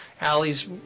Allie's